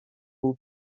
był